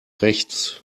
rechts